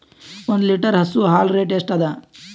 ಒಂದ್ ಲೀಟರ್ ಹಸು ಹಾಲ್ ರೇಟ್ ಎಷ್ಟ ಅದ?